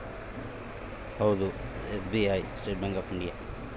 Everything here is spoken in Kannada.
ಭಾರತದಾಗ ದೊಡ್ಡ ಬ್ಯಾಂಕ್ ಇಂಡಿಯನ್ ಬ್ಯಾಂಕ್ ಆಗ್ಯಾದ